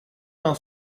una